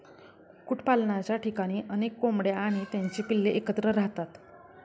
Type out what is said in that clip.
कुक्कुटपालनाच्या ठिकाणी अनेक कोंबड्या आणि त्यांची पिल्ले एकत्र राहतात